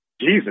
Jesus